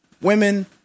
women